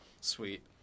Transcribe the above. Sweet